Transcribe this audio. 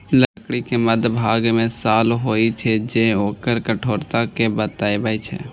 लकड़ी के मध्यभाग मे साल होइ छै, जे ओकर कठोरता कें बतबै छै